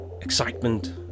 excitement